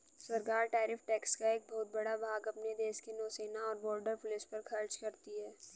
सरकार tariff tax का एक बहुत बड़ा भाग अपने देश के नौसेना और बॉर्डर पुलिस पर खर्च करती हैं